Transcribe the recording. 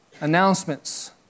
announcements